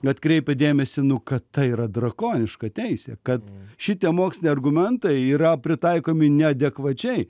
bet kreipia dėmesį nu kad tai yra drakoniška teisė kad šitie moksliniai argumentai yra pritaikomi neadekvačiai